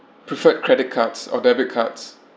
preferred credit cards or debit cards